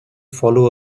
follow